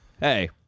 hey